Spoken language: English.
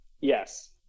Yes